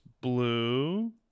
blue